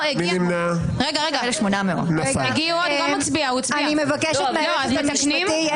אני מבקשת מהיועצת המשפטית,